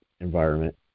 environment